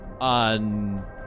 on